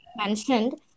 mentioned